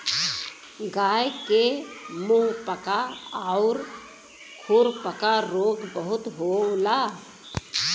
गाय के मुंहपका आउर खुरपका रोग बहुते होला